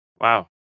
Wow